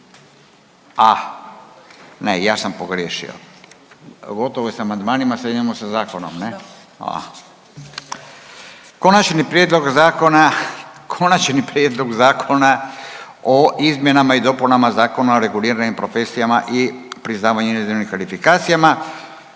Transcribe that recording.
Ah, ne ja sam pogriješio, gotovo je s amandmanima, sad idemo sa zakonom, ne. Konačni prijedlog zakona, Konačni prijedlog zakona o Izmjenama i dopunama Zakona o reguliranim profesijama i priznavanju inozemnih kvalifikacijama